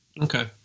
Okay